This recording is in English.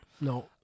No